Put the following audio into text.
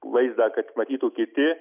vaizdą kad matytų kiti